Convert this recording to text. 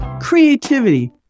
creativity